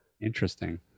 interesting